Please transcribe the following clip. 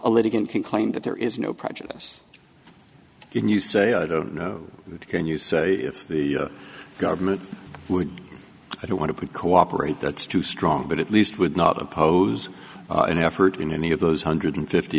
litigant can claim that there is no prejudice when you say i don't know can you say if the government would i don't want to put cooperate that's too strong but at least would not oppose an effort in any of those hundred fifty